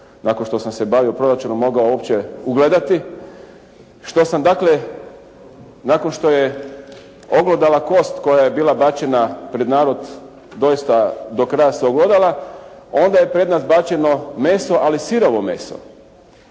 nakon što sam se bavio proračunom mogao uopće ugledati, što sam dakle nakon što je oglodala kost koja je bila bačena pred narod doista do kraja se oglodala, onda je pred nas bačeno meso ali sirovo meso